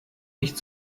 nicht